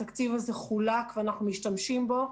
התקציב הזה חולק ואנחנו משתמשים בו.